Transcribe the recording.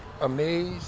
amazed